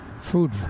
food